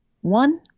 One